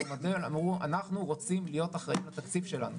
מודל אמרו שהם רוצים להיות אחראים לתקציב שלהם,